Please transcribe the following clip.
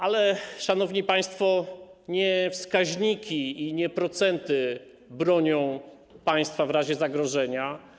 Ale, szanowni państwo, nie wskaźniki i nie procenty bronią państwa w razie zagrożenia.